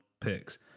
picks